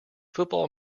football